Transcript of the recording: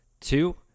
two